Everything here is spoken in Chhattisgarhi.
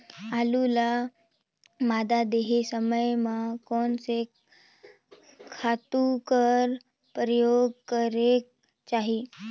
आलू ल मादा देहे समय म कोन से खातु कर प्रयोग करेके चाही?